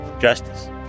justice